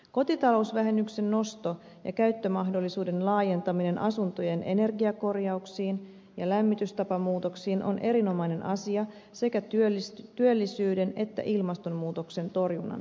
kotitalousvähennyksen nosto ja käyttömahdollisuuden laajentaminen asuntojen energiakorjauksiin ja lämmitystapamuutoksiin on erinomainen asia sekä työllisyyden että ilmastonmuutoksen torjunnan kannalta